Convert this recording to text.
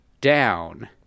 down